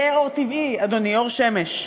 יהיה אור טבעי, אדוני, אור שמש.